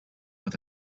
with